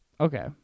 okay